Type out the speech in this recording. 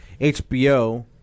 HBO